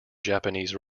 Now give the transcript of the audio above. japanese